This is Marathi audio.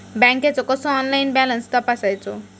बँकेचो कसो ऑनलाइन बॅलन्स तपासायचो?